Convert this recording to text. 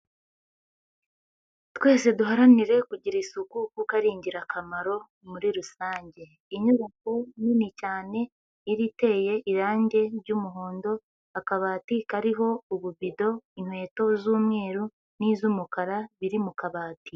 Twese duharanire kugira isuku kuko ari ingirakamaro muri rusange, inyubako nini cyane iri iteye irangi ry'umuhondo akabati kariho ububido, inkweto z'umweru niiz'umukara biri mu kabati.